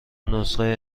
نسخه